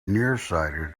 nearsighted